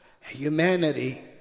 humanity